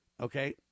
Okay